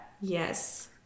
Yes